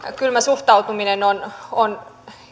kylmä suhtautuminen on on